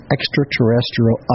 Extraterrestrial